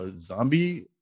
zombie